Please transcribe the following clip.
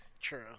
True